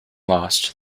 lost